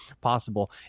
possible